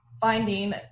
finding